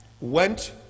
went